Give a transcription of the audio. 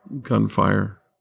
gunfire